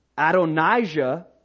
Adonijah